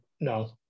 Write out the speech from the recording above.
no